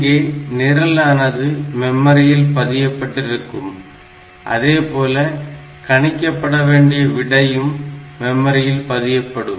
இங்கே நிரலானது மெமரியில் பதியப்பட்டிருக்கும் அதேபோல கணிக்கப்பட்ட விடையும் மெமரியில் பதியப்படும்